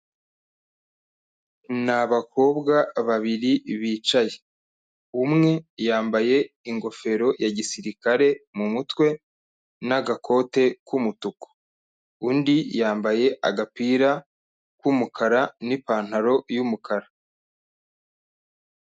Ni abakobwa babiri bicaye. Umwe yambaye ingofero ya gisirikare mu mutwe, n'agakote k'umutuku. Undi yambaye agapira k'umukara n'ipantaro y'umukara.